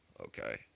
Okay